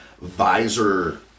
visor